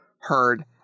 heard